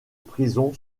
prison